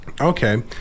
Okay